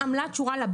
להם.